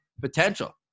potential